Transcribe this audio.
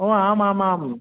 ओ आम् आम् आम्